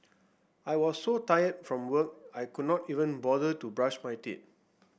I was so tired from work I could not even bother to brush my teeth